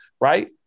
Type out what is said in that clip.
right